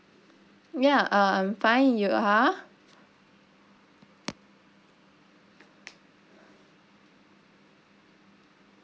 ya uh I'm fine you are